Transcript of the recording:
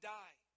die